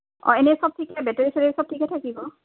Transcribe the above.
অঁ এনেই সব ঠিকেই বেটেৰী চেটেৰী সব ঠিকে থাকিব